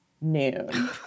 noon